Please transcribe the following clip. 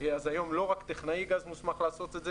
אז היום לא רק טכנאי גז מוסמך לעשות את זה,